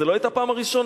זו לא היתה הפעם הראשונה,